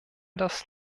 das